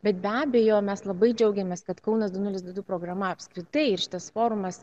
bet be abejo mes labai džiaugiamės kad kaunas du nulis du du programa apskritai ir šitas forumas